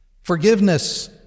Forgiveness